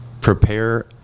prepare